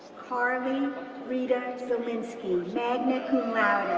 carley rita zielinski, magna cum